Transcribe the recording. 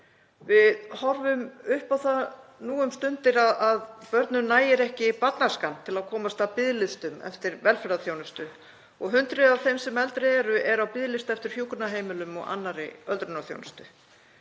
Við horfum upp á það nú um stundir að börnum nægir ekki barnæskan til að komast af biðlistum eftir velferðarþjónustu og hundruð af þeim sem eldri eru eru á biðlista eftir hjúkrunarheimilum og annarri öldrunarþjónustu.